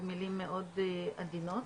במלים מאוד עדינות.